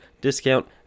discount